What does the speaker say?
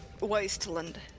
wasteland